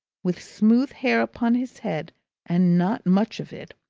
with smooth hair upon his head and not much of it,